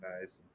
nice